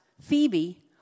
Phoebe